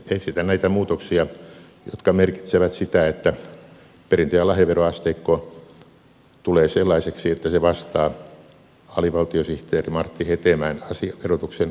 esitän näitä muutoksia jotka merkitsevät sitä että perintö ja lahjaveroasteikko tulee sellaiseksi että se vastaa alivaltiosihteeri martti hetemäen verotuksen kehittämistyöryhmän tekemää esitystä